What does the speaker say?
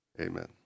Amen